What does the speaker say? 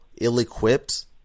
ill-equipped